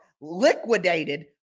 liquidated